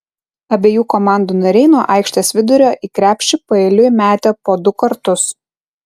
abiejų komandų nariai nuo aikštės vidurio į krepšį paeiliui metė po du kartus